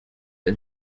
and